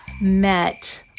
met